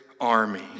army